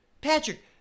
Patrick